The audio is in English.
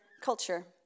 culture